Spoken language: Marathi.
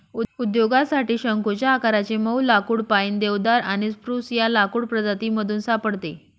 उद्योगासाठी शंकुच्या आकाराचे मऊ लाकुड पाईन, देवदार आणि स्प्रूस या लाकूड प्रजातीमधून सापडते